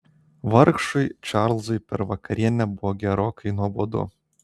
vargšui čarlzui per vakarienę buvo gerokai nuobodu